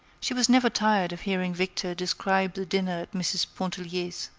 she was never tired of hearing victor describe the dinner at mrs. pontellier's.